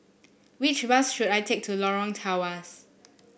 which bus should I take to Lorong Tawas